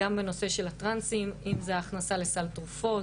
גם בנושא של הטרנסים אם זה הכנסה לסל התרופות,